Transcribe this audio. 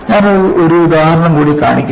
ഞാൻ ഒരു ഉദാഹരണം കൂടി കാണിക്കും